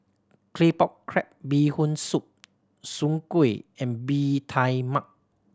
Claypot Crab Bee Hoon Soup soon kway and Bee Tai Mak